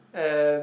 and